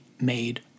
made